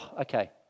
okay